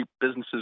Businesses